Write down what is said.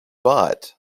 but